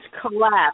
collapse